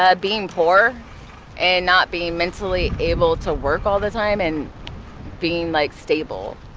ah being poor and not being mentally able to work all the time and being like stable?